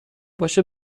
باشه